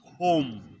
home